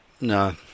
no